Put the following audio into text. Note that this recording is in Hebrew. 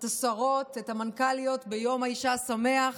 את השרות, את המנכ"ליות: יום האישה שמח.